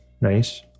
Nice